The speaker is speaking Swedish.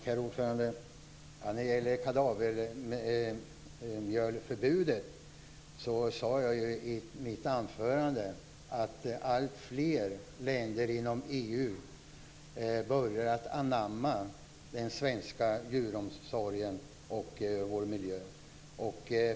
Herr talman! I fråga om kadavermjölförbudet sade jag i mitt anförande att alltfler länder inom EU börjar anamma den svenska djuromsorgen och vår miljö.